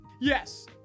Yes